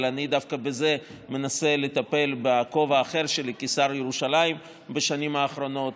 אבל אני דווקא בזה מנסה לטפל בכובע אחר שלי כשר ירושלים בשנים האחרונות